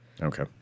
Okay